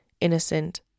innocent